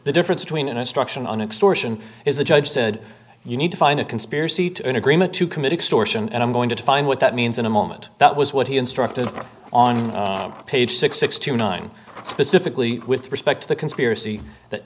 the difference between an instruction on extortion is the judge said you need to find a conspiracy to an agreement to commit extortion and i'm going to define what that means in a moment that was what he instructed on page six six to nine specifically with respect to the conspiracy that